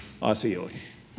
asioihin